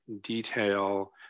detail